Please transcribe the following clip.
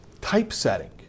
Typesetting